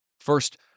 First